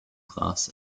class